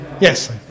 Yes